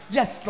Yes